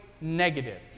negative